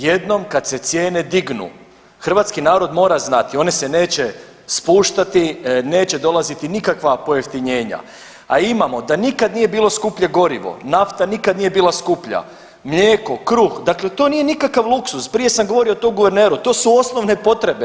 Jednom kad se cijene dignu, hrvatski narod mora znati, one se neće spuštati, neće dolaziti nikakva pojeftinjenja, a imamo da nikad nije bilo skuplje gorivo, nafta nikad nije bila skuplja, mlijeko, kruh, dakle to nije nikakav luksuz, prije sam govorio to guverneru, to su osnovne potrebe.